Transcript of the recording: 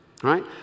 Right